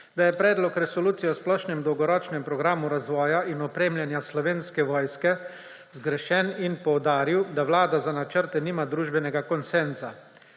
da je Predlog resolucije o splošnem dolgoročnem programu razvoja in opremljanja Slovenske vojske do leta 2035 zgrešen in poudaril, da Vlada za načrte nima družbenega konsenza.